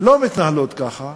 לא מתנהלות ככה.